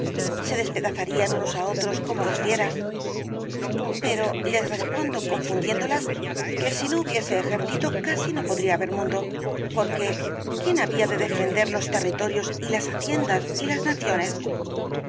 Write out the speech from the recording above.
se despedazarían unos á otros como los fieras pero les respondo confundiéndolas que si no hubiese ejército casi no podría haber mundo porque quién había de defender los territorios y las haciendas y las naciones muy